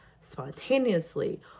spontaneously